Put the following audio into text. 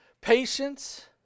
patience